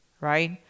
right